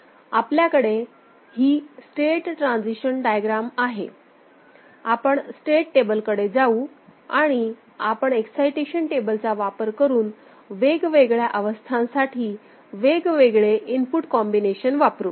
आपल्याकडे ही state transition diagram आहे आणि आता आपण स्टेट टेबलकडे जाऊ आणि आपण एक्सायटेशन टेबलचा वापर करून वेगवेगळ्या अवस्थांसाठी वेगवेगळे इनपुट कॉम्बिनेशन वापरू